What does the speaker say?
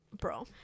bro